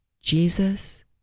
Jesus